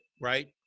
right